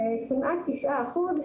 כמעט תשעה אחוז,